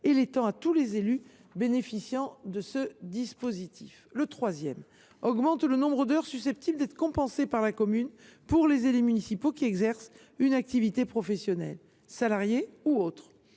et l’étend à tous les élus bénéficiant de ce dispositif. Le 3° augmente le nombre d’heures susceptibles d’être compensées par la commune pour les élus municipaux qui exercent une activité professionnelle, salariée ou non,